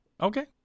Okay